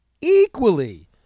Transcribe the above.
equally